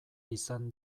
izan